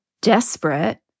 desperate